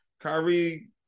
Kyrie